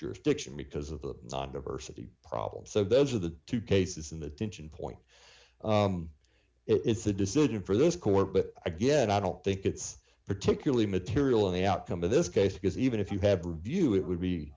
jurisdiction because of the diversity problem so those are the two cases in the tension point it's a decision for this court but again i don't think it's particularly material in the outcome of this case because even if you have a view it would be